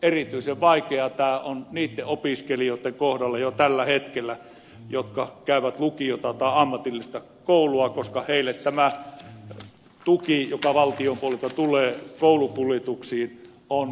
erityisen vaikeaa tämä on niitten opiskelijoitten kohdalla jo tällä hetkellä jotka käyvät lukiota tai ammatillista koulua koska heille tämä tuki joka valtion puolelta tulee koulumatkoihin on